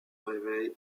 réveille